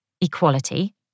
equality